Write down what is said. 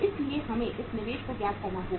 इसलिए हमें इस निवेश को ज्ञात करना होगा